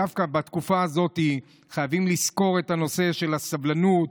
דווקא בתקופה הזאת חייבים לזכור את הנושא של הסבלנות,